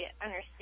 understand